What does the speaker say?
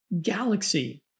galaxy